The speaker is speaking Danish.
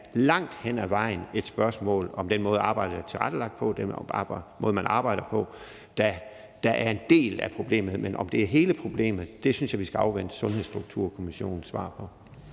arbejdet er tilrettelagt på, og den måde, man arbejder på, er en del af problemet, men om det er hele problemet, synes jeg at vi skal afvente Sundhedsstrukturkommissionens svar på.